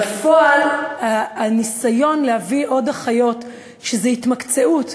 בפועל, הניסיון להביא עוד אחיות שזו התמחותן,